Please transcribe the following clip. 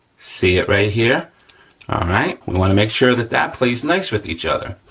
see it right here? all right, we wanna make sure that that plays nice with each other.